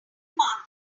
martha